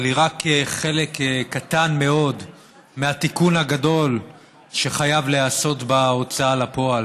אבל היא רק חלק קטן מאוד מהתיקון הגדול שחייב להיעשות בהוצאה לפועל.